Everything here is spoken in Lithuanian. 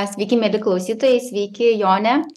sveiki mieli klausytojai sveiki jone